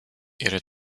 ihre